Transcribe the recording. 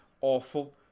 awful